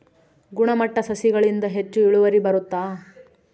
ಗುಣಮಟ್ಟ ಸಸಿಗಳಿಂದ ಹೆಚ್ಚು ಇಳುವರಿ ಬರುತ್ತಾ?